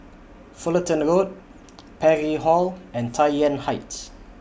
Fullerton Road Parry Hall and Tai Yuan Heights